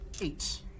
eight